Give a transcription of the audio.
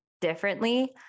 differently